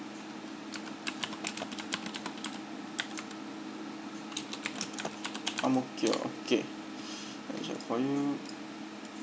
ang mo kio okay I'll check for you